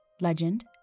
legend